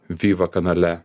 viva kanale